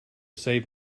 save